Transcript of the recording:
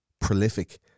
prolific